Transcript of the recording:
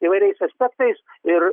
įvairiais aspektais ir